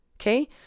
Okay